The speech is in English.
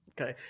Okay